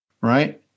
right